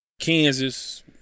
Kansas